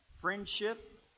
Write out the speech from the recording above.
friendship